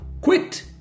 QUIT